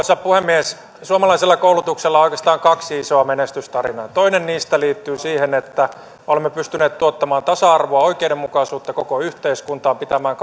arvoisa puhemies suomalaisella koulutuksella on oikeastaan kaksi isoa menestystarinaa toinen niistä liittyy siihen että olemme pystyneet tuottamaan tasa arvoa ja oikeudenmukaisuutta koko yhteiskuntaan pitämään